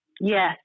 Yes